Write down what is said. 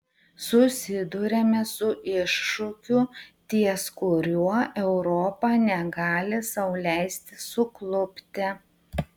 susiduriame su iššūkiu ties kuriuo europa negali sau leisti suklupti